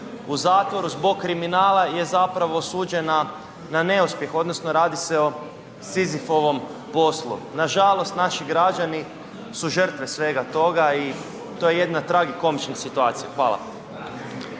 u zatvoru zbog kriminala je zapravo osuđena na neuspjeh odnosno radi se o Sizifovom poslu. Nažalost naši građani su žrtve svega toga i to je jedna tragikomična situacija. Hvala.